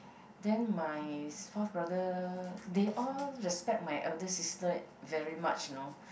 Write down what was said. then my fourth brother they all respect my eldest sister very much you know